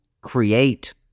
create